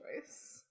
choice